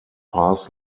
pass